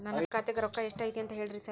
ನನ್ ಖಾತ್ಯಾಗ ರೊಕ್ಕಾ ಎಷ್ಟ್ ಐತಿ ಹೇಳ್ರಿ ಸಾರ್?